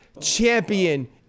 champion